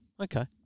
Okay